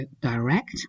direct